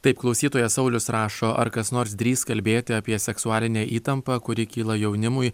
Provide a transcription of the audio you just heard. taip klausytojas saulius rašo ar kas nors drįs kalbėti apie seksualinę įtampą kuri kyla jaunimui